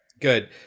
Good